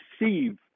receive